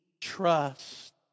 trust